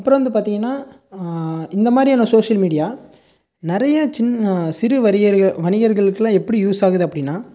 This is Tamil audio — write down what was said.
அப்பறம் வந்து பார்த்திங்கனா இந்த மாதிரியான சோஷியல் மீடியா நிறைய சின் சிறுவணிகர்கள் வணிகர்களுக்கலாம் எப்படி யூஸ் ஆகுது அப்படினா